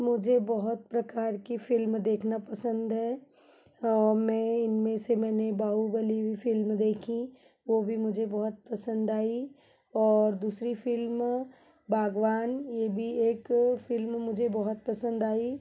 मुझे बहोत प्रकार की फ़िल्म देखना पसंद है मैं इनमें से मैंने बाहुबली फ़िल्म देखीं वह भी मुझे बहुत पसंद आई और दूसरी फ़िल्मों बागवान यह भी एक फ़िल्म मुझे बहुत पसंद आई